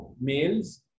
males